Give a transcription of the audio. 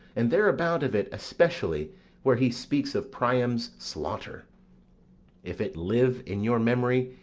and thereabout of it especially where he speaks of priam's slaughter if it live in your memory,